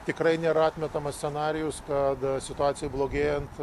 tikrai nėra atmetamas scenarijaus kad situacijai blogėjant